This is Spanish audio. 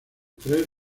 tres